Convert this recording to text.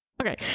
Okay